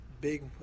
Big